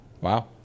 Wow